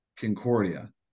Concordia